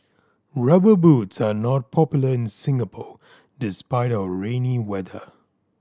Rubber Boots are not popular in Singapore despite our rainy weather